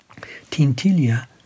Tintilia